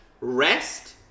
Rest